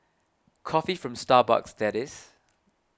coffee from Starbucks that is